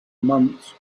months